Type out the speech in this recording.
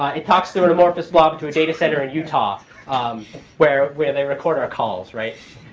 it talks to an amorphous blob to a data center in utah um where where they record our calls, right?